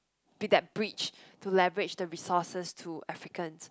be that bridge to leverage the resources to Africans